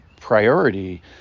priority